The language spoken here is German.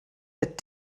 auch